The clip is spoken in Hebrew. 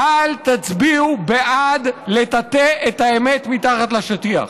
בקואליציה: אל תצביעו בעד לטאטא את האמת מתחת לשטיח.